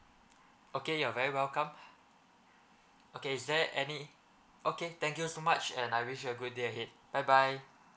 okay you're very welcome okay is there any okay thank you so much and I wish you a good day ahead bye bye